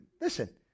Listen